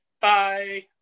Bye